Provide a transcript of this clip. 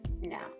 Now